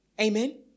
Amen